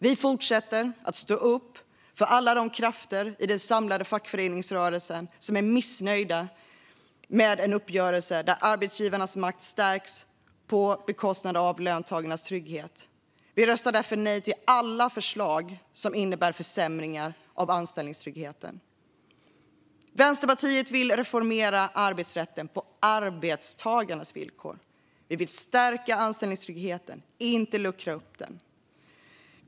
Vi fortsätter att stå upp för alla de krafter i den samlade fackföreningsrörelsen som är missnöjda med en uppgörelse där arbetsgivarnas makt stärks på bekostnad av löntagarnas trygghet. Vi röstar därför nej till alla förslag som innebär försämringar av anställningstryggheten. Vänsterpartiet vill reformera arbetsrätten på arbetstagarnas villkor. Vi vill stärka anställningstryggheten - inte luckra upp den.